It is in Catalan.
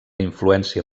influència